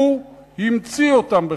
הוא המציא אותם בכלל.